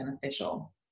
beneficial